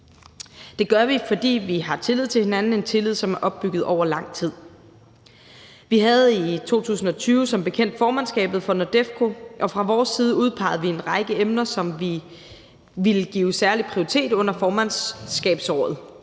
Det gør vi, fordi vi har tillid til hinanden, en tillid, som er opbygget over lang tid. Vi havde i 2020 som bekendt formandskabet for NORDEFCO, og fra vores side udpegede vi en række emner, som vi ville give særlig prioritet under formandskabsåret.